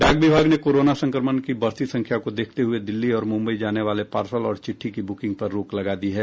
डाक विभाग ने कोरोना संक्रमण की बढ़ती संख्या को देखते हुए दिल्ली और मुम्बई जाने वाले पार्सल और चिट्ठी की बुकिंग पर रोक लगा दी है